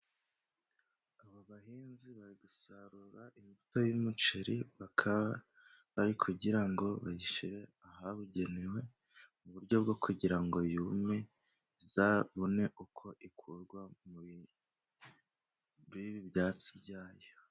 Abo bahinzi basarura imitwe y'umuceri kugira ngo bayishyire ahabugenewe, mu buryo bwo kugira ngo yume izabone uko ikurwa mu byatsi byayo.